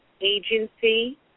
Agency